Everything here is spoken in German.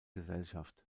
gesellschaft